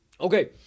okay